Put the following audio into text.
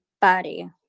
body